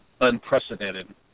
unprecedented